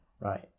Right